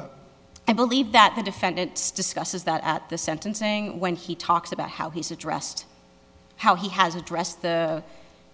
shows i believe that the defendant discusses that at the sentencing when he talks about how he's addressed how he has addressed the